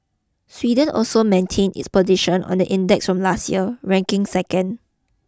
Sweden also maintained its position on the index from last year ranking second